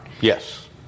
Yes